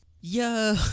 Yo